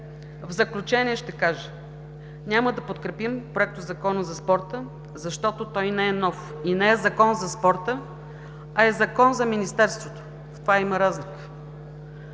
В заключение ще кажа: няма да подкрепим Проектозакона за спорта, защото той не е нов и не е закон за спорта, а е закон за министерството. В това има разлика.